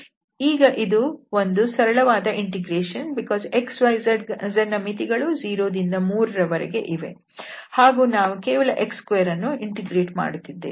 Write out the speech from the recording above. ಇದು ಈಗ ಒಂದು ಸರಳವಾದ ಇಂಟಿಗ್ರೇಷನ್ ಏಕೆಂದರೆ x y z ಗಳ ಮಿತಿಗಳು 0 ದಿಂದ 3 ರ ವರೆಗೆ ಇವೆ ಹಾಗೂ ನಾವು ಕೇವಲ x2ಅನ್ನು ಇಂಟಿಗ್ರೇಟ್ ಮಾಡುತ್ತಿದ್ದೇವೆ